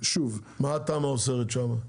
מה התמ"א אוסרת שם?